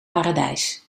paradijs